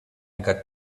got